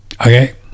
Okay